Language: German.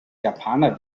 japaner